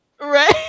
right